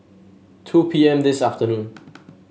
two P M this afternoon